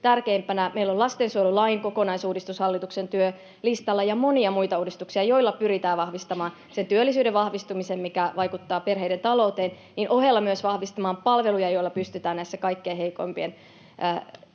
tärkeimpänä. Meillä on lastensuojelulain kokonaisuudistus hallituksen työlistalla ja monia muita uudistuksia, joilla pyritään vahvistamaan työllisyyden vahvistumisen ohella, mikä vaikuttaa perheiden talouteen, myös palveluja, joilla pystytään näiden kaikkein heikoimpien tilanteessa